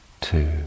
two